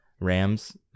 Rams